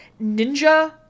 Ninja